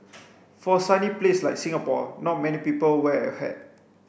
for a sunny place like Singapore not many people wear a hat